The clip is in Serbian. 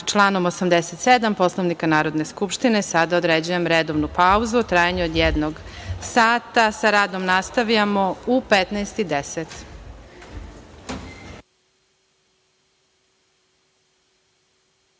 članom 87. Poslovnika Narodne skupštine, sada određujem redovnu pauzu u trajanju od jednog sata i sa radom nastavljamo u 15.10